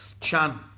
Chan